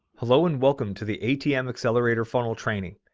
hello and welcome to the atm accelerator funnel training.